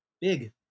Big